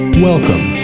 Welcome